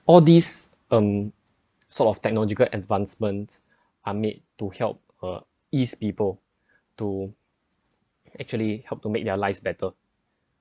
all these um sort of technological advancements are made to help uh ease people to actually help to make their lives better